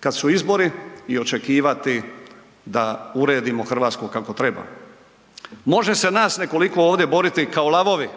kada su izbori i očekivati da uredimo Hrvatsku kako treba. Može se nas nekoliko ovdje boriti kao lavovi